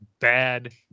bad